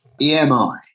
EMI